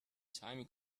time